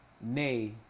Nay